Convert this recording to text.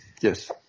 Yes